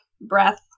breath